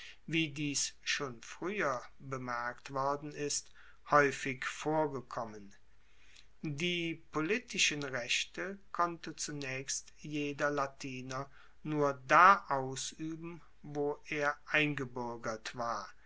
wie dies schon frueher bemerkt worden ist haeufig vorgekommen die politischen rechte konnte zunaechst jeder latiner nur da ausueben wo er eingebuergert war